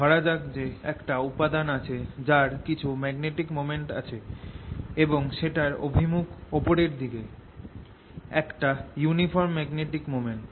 ধরা যাক যে একটা উপাদান আছে যার কিছু ম্যাগনেটিক মোমেন্ট আছে এবং সেটার অভিমুখ ওপরের দিকে একটা ইউনিফরম ম্যাগনেটিক মোমেন্ট